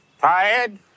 Tired